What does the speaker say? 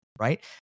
right